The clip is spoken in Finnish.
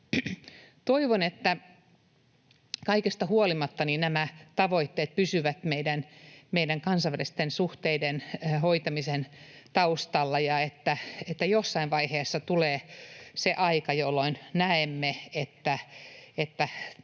Toivon, että kaikesta huolimatta nämä tavoitteet pysyvät meidän kansainvälisten suhteiden hoitamisen taustalla ja että jossain vaiheessa tulee se aika, jolloin näemme, että